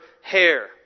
hair